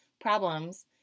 problems